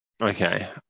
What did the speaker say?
Okay